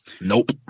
Nope